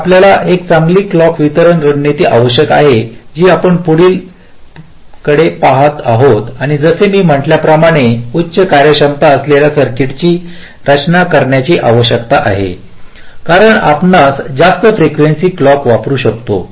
तर आपल्याला एक चांगली क्लॉक वितरण रणनीती आवश्यक आहे जी आपण पुढील कडे पाहत आहोत आणि जसे मी म्हटल्या प्रमाणे उच्च कार्यक्षमता असलेल्या सर्किटची रचना करण्याची आवश्यकता आहे कारण आपण जास्त फ्रिक्वेन्सीचे क्लॉक वापरू शकतो